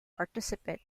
participate